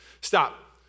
Stop